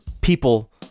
people